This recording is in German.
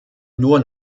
nur